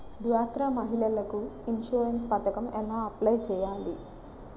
డ్వాక్రా మహిళలకు ఇన్సూరెన్స్ పథకం ఎలా అప్లై చెయ్యాలి?